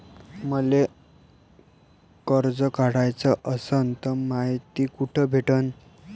मले कर्ज काढाच असनं तर मायती कुठ भेटनं?